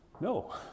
No